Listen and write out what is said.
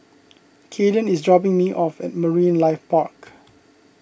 Kaeden is dropping me off at Marine Life Park